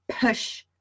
push